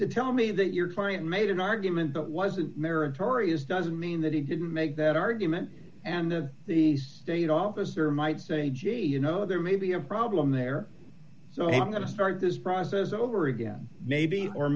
to tell me that your client made an argument that wasn't meritorious doesn't mean that he didn't make that argument and of the state officer might say gee you know there may be a problem there so i'm going to start this process over again maybe or